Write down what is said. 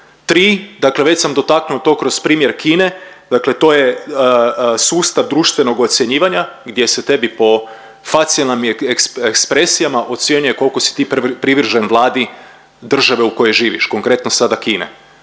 Tri, dakle već samo dotaknuo to kroz primjer Kine, dakle to je sustav društvenog ocjenjivanja gdje se tebi po facijalnim ekspresijama ocjenjuje koliko si ti privržen vladi države u kojoj živiš konkretno sada Kine